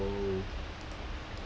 oh